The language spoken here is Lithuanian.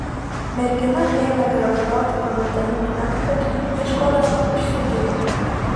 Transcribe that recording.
mergina ėmė grabalioti po metalinį antkaklį ieškodama užsegimo